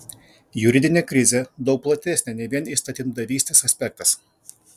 juridinė krizė daug platesnė nei vien įstatymdavystės aspektas